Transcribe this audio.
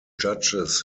judges